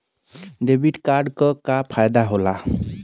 Debit card क का फायदा हो ला?